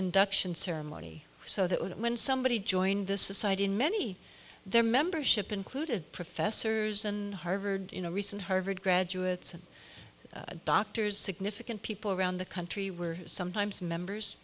induction ceremony so that when somebody joined the society in many their membership included professors and harvard you know recent harvard graduates and doctors significant people around the country were sometimes members